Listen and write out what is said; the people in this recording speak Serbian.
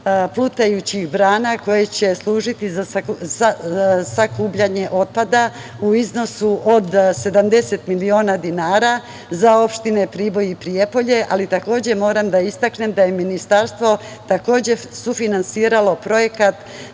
plutajućih brana, koje će služiti za sakupljanje otpada u iznosu od 70 miliona dinara za opštine Priboj i Prijepolje, ali takođe moram da istaknem da je Ministarstvo takođe sufinansiralo projekat